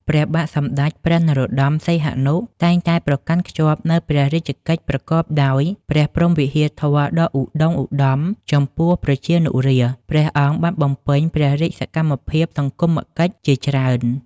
ព្រះបាទសម្ដេច ព្រះនរោត្ដម សីហនុ តែងតែប្រកាន់ខ្ជាប់នូវព្រះរាជកិច្ចប្រកបដោយព្រះព្រហ្មវិហារធម៌ដ៏ឧត្ដុង្គឧត្ដមចំពោះប្រជានុរាស្ត្រ ព្រះអង្គបានបំពេញព្រះរាជសកម្មភាពសង្គមកិច្ចជាច្រើន។